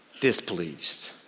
displeased